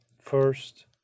First